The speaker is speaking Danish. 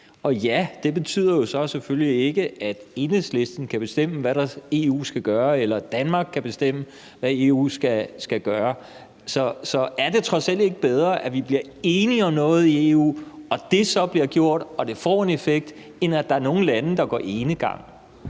og ja, det betyder jo så selvfølgelig ikke, at Enhedslisten kan bestemme, hvad EU skal gøre, eller at Danmark kan bestemme, hvad EU skal gøre. Er det trods alt ikke bedre, at vi bliver enige om noget i EU og det så bliver gjort og får en effekt, end at der er nogle lande, der går enegang?